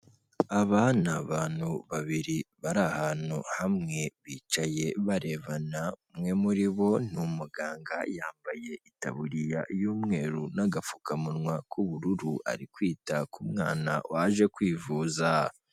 Aba ni abantu babiri, bari ahantu hamwe, bicaye barebana, umwe muri bo ni umuganga, yambaye itaburiya y'umweru n'agapfukamunwa k'ubururu, ari kwita ku mwana waje kwivuza.